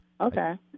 Okay